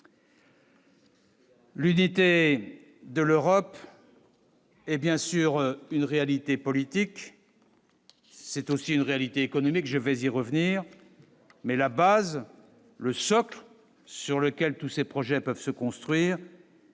L'unité de l'Europe, et bien sûr une réalité politique, c'est aussi une réalité économique, je vais y revenir, mais la base le socle sur lequel tous ces projets peuvent se construire.